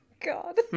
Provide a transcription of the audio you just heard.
God